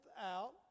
out